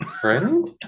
friend